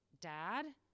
Dad